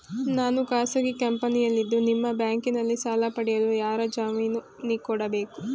ನಾನು ಖಾಸಗಿ ಕಂಪನಿಯಲ್ಲಿದ್ದು ನಿಮ್ಮ ಬ್ಯಾಂಕಿನಲ್ಲಿ ಸಾಲ ಪಡೆಯಲು ಯಾರ ಜಾಮೀನು ಕೊಡಬೇಕು?